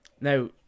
now